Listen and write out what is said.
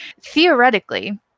theoretically